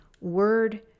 word